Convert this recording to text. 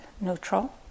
neutral